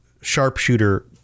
sharpshooter